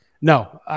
No